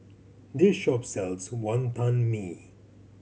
this shop sells Wantan Mee